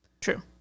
True